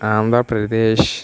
Andhra Pradesh